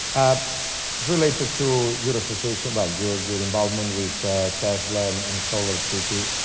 related to your association, but your your involvement with tesla and solar city,